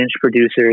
producers